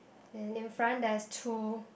and in front there's two